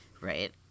Right